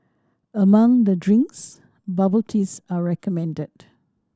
among the drinks bubble teas are recommended